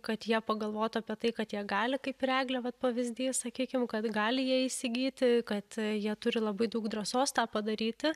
kad jie pagalvotų apie tai kad jie gali kaip ir eglė vat pavyzdys sakykim kad gali jie įsigyti kad jie turi labai daug drąsos tą padaryti